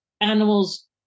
animals